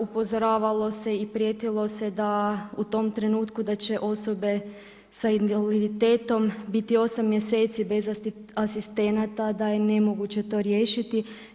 Upozoravalo se i prijetilo se da, u tom trenutku da će osobe sa invaliditetom biti 8 mjeseci bez asistenata, da je nemoguće to riješiti.